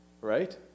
right